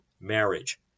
marriage